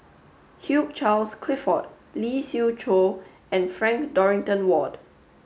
Hugh Charles Clifford Lee Siew Choh and Frank Dorrington Ward